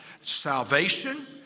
salvation